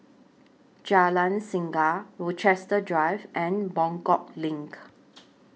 Jalan Singa Rochester Drive and Buangkok LINK